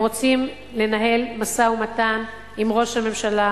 הם רוצים לנהל משא-ומתן עם ראש הממשלה